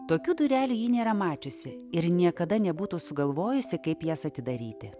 tokių durelių ji nėra mačiusi ir niekada nebūtų sugalvojusi kaip jas atidaryti